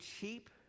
cheap